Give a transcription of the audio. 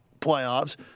playoffs